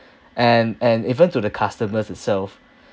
and and even to the customers itself